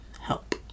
help